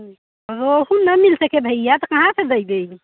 रोहू ना मिल सके भैया तो कहाँ से दीदी